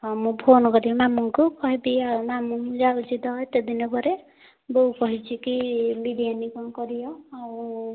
ହଉ ମୁଁ ଫୋନ୍ କରି ମାମୁଁଙ୍କୁ କହିବି ଆଉ ମାମୁଁ ଯାଉଛି ତ ଏତେଦିନ ପରେ ବୋଉ କହିଛିକି ବିରିୟାନୀ କ'ଣ କରିବ ଆଉ